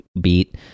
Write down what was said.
Beat